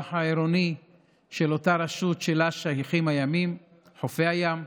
העירוני של אותה רשות שלה שייכים חופי הים.